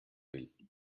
will